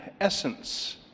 essence